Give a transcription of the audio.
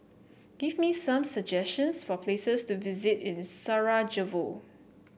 give me some suggestions for places to visit in Sarajevo